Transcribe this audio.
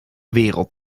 wereld